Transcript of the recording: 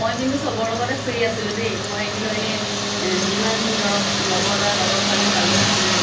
মই কিন্তু চবৰ লগতে ফ্ৰী আছিলো দেই মই কিন্তু এনে যিমান ধৰক লগৰ ল'ৰা লগৰ ছোৱালী পালো কিন্তু